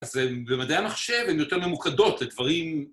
אז במדעי המחשב הן יותר ממוקדות לדברים...